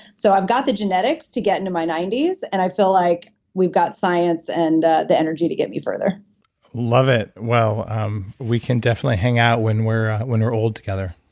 so i've got the genetics to get into my ninety s, and i feel like we got science and the energy to get me further love it. um we can definitely hang out when we're when we're old together.